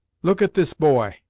look at this boy,